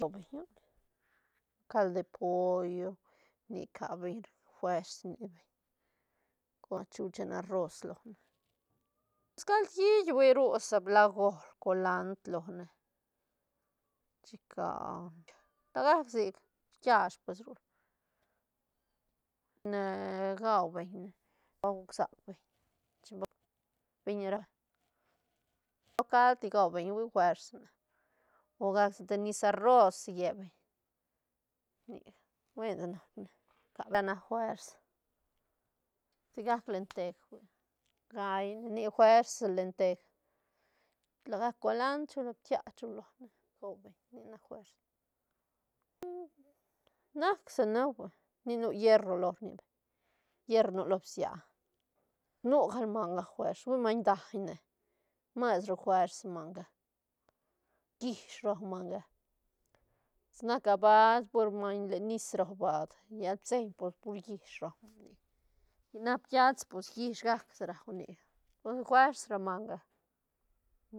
caldo de pollo nic rca beñ fuers rni beñ cua chu chen arroz lone pues cald hiit hui ru si blajo, colandr lone chica la gac sic shiit kiash pues ru, ne gau beñ ne ba guc sac beñ chin ba beñ ni ral, cald ni gua beñ hui fuers ne o gac sa te nis arroz lle beñ nic buen nac ne rca ne fuers sigac lenteg hui gaí ne nic fuers sa lenteg lagac colandr chu lo ptia chu lone gau beñ nic nac fuers nac shi na hui ni nu hierro lo ni hierro nu lo bsia nu gal manga fuers hui maiñ daiñ ne mais ru fuers manga llish rua manga sa nac a baad pur maiñ len nis rau baad llal pitseiñ por pur llish rau ra nic si nac piast pus llish gac si rau nic fuers ra manga.